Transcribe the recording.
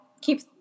keep